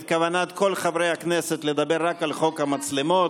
את כוונת כל חברי הכנסת לדבר רק על חוק המצלמות.